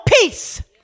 peace